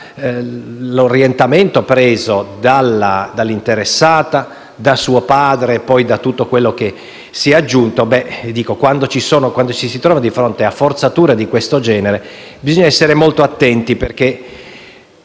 stato l'orientamento preso dall'interessata, da suo padre e da tutto quanto si è aggiunto, quando ci si trova di fronte a forzature di questo genere bisogna essere molto attenti.